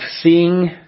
seeing